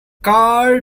car